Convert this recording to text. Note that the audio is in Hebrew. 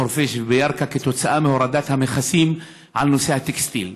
בחורפיש ובירכא כתוצאה מהורדת המכסים על נושא הטקסטיל.